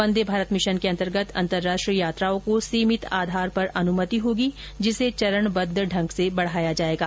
वंदे Bharat mission के अंतर्गत अंतर्राष्ट्रीय यात्राओं को सीमित आधार पर अनुमति होगी जिसे चरणबद्व ढंग से बढाया जाएगा